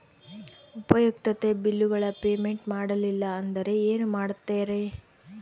ಉಪಯುಕ್ತತೆ ಬಿಲ್ಲುಗಳ ಪೇಮೆಂಟ್ ಮಾಡಲಿಲ್ಲ ಅಂದರೆ ಏನು ಮಾಡುತ್ತೇರಿ?